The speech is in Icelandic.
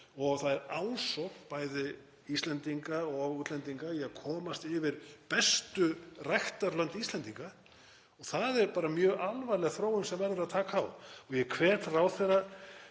og það er ásókn bæði Íslendinga og útlendinga í að komast yfir bestu ræktarlönd Íslendinga. Það er mjög alvarleg þróun sem verður að taka á. Ég hvet ráðherra